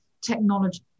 technology